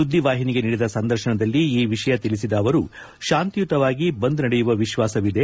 ಸುದ್ದಿವಾಹಿನಿಗೆ ನೀಡಿದ ಸಂದರ್ಶನದಲ್ಲಿ ಈ ವಿಷಯ ತಿಳಿಸಿದ ಅವರು ಶಾಂತಿಯುತವಾಗಿ ಬಂದ್ ನಡೆಯುವ ವಿಶ್ವಾಸವಿದೆ